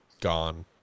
gone